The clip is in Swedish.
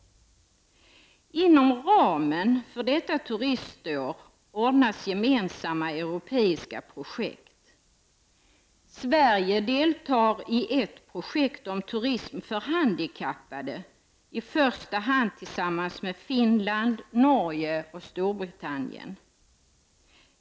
Inom ramen för detta turistår ordnas gemensamma europeiska projekt. Sverige deltar i ett projekt om turism för handikappade i första hand tillsammans med Finland, Norge och Storbritannnien.